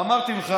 אמרתי לך,